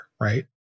right